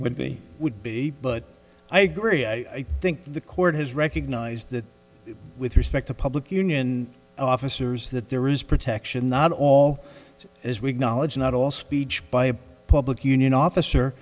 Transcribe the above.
would be would be but i agree i think the court has recognized that with respect to public union officers that there is protection not all that is weak knowledge not all speech by a public union officer